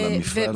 למפעל?